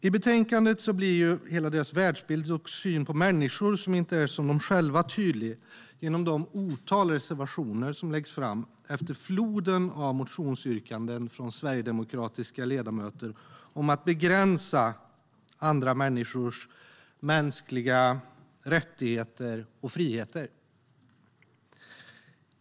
I betänkandet blir hela deras världsbild och syn på människor som inte är som de själva tydlig genom det otal reservationer som de har i betänkandet efter floden av motionsyrkanden från sverigedemokratiska ledamöter om att begränsa andra människors mänskliga fri och rättigheter.